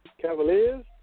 Cavaliers